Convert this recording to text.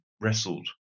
wrestled